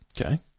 Okay